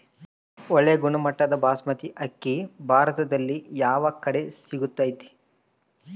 ಒಳ್ಳೆ ಗುಣಮಟ್ಟದ ಬಾಸ್ಮತಿ ಅಕ್ಕಿ ಭಾರತದಲ್ಲಿ ಯಾವ ಕಡೆ ಸಿಗುತ್ತದೆ?